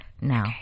now